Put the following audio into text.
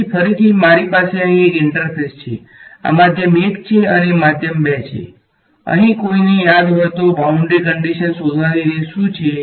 તેથી ફરીથી મારી પાસે અહીં એક ઇન્ટરફેસ છે આ માધ્યમ ૧ અને માધ્યમ ૨ છે અહીં કોઈને યાદ હોય તો બાઉંડ્રી કંડીશન શોધવાની રીત શું છે